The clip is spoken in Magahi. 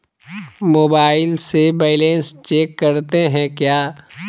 मोबाइल से बैलेंस चेक करते हैं क्या?